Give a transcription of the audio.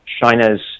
China's